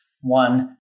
one